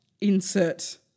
insert